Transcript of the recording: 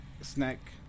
Snack